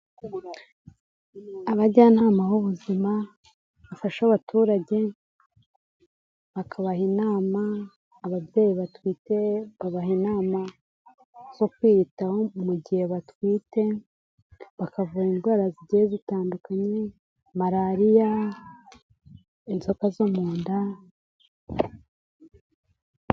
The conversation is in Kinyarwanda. Abajyanama b'ubuzima bafasha abaturage bakabaha inama, ababyeyi batwite babaha inama zo kwiyitaho mu gihe batwite, bakavura indwara zigiye zitandukanye, malariya, inzoka zo mu nda.